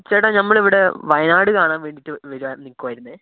ചേട്ടാ നമ്മൾ ഇവിടെ വയനാട് കാണാൻ വേണ്ടിയിട്ട് വരുവാൻ നിൽക്കുകയായിരുന്നു